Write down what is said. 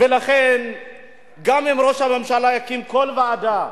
לכן גם אם ראש הממשלה יקים כל ועדה,